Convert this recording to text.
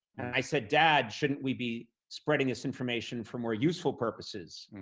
i said, dad, shouldn't we be spreading this information for more useful purposes?